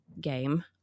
game